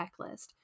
checklist